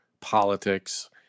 politics